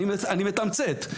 אני מתמצת.